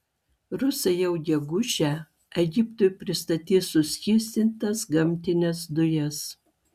rusai jau gegužę egiptui pristatys suskystintas gamtines dujas